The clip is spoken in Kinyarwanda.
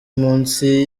munsi